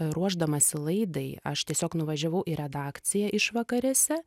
ruošdamasi laidai aš tiesiog nuvažiavau į redakciją išvakarėse